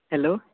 hello